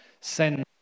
send